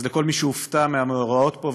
אז לכל מי שהופתע מהמאורעות פה,